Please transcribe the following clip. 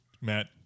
Matt